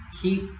Keep